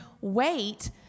wait